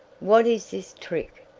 what is this trick?